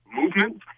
movement